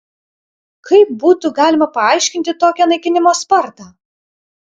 kaip būtų galima paaiškinti tokią naikinimo spartą